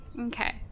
Okay